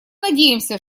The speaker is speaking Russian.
надеемся